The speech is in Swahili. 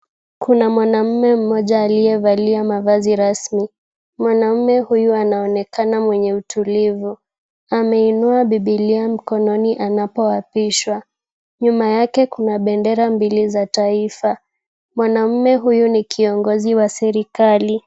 Kuna mwanamume mmoja aliyevalia mavazi rasmi. Mwanamume huyu anaonekana mwenye utulivu. Ameinua bibilia mkononi anapoapishwa. Nyuma yake kuna bendera mbili za taifa. Mwanamume huyu ni kiongozi wa serikali.